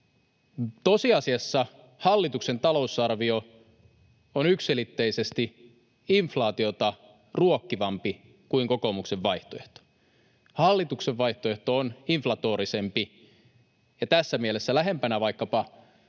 Tosiasiassa hallituksen talousarvio on yksiselitteisesti inflaatiota ruokkivampi kuin kokoomuksen vaihtoehto. Hallituksen vaihtoehto on inf-latorisempi ja tässä mielessä lähempänä vaikkapa